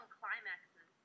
climaxes